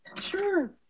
Sure